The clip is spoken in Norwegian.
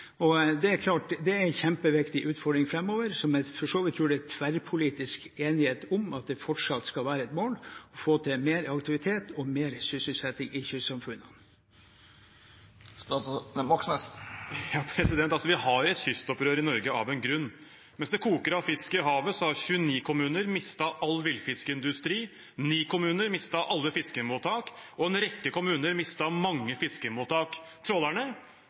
Det er en kjempeviktig utfordring framover. Jeg tror det er tverrpolitisk enighet om at det fortsatt skal være et mål å få til mer aktivitet og mer sysselsetting i kystsamfunnene. Det er jo et kystopprør i Norge av en grunn. Mens det koker av fisk i havet, har 29 kommuner mistet all villfiskindustri, ni kommuner har mistet alle fiskemottakene sine, og en rekke kommuner har mistet mange fiskemottak. Trålerne